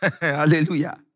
Hallelujah